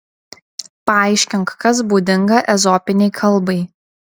paaiškink kas būdinga ezopinei kalbai